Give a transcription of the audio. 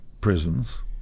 prisons